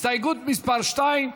הסתייגות מס' 2,